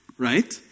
Right